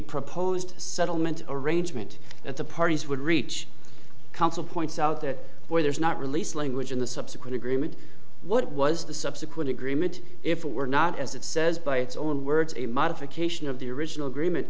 proposed settlement arrangement that the parties would reach counsel points out that where there is not released language in the subsequent agreement what was the subsequent agreement if it were not as it says by its own words a modification of the original agreement